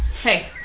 Hey